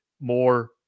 more